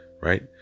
right